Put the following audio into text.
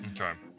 Okay